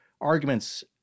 arguments